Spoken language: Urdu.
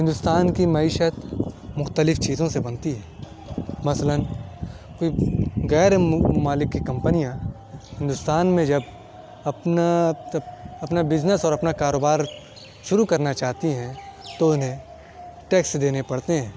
ہندوستان کی معیشت مختلف چیزوں سے بنتی ہے مثلا غیر مالک کی کمپنیاں ہندوستان میں جب اپنا اپنا بزنیس اور اپنا کاروبار شروع کرنا چاہتی ہیں تو انھیں ٹیکس دینے پڑتے ہیں